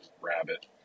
rabbit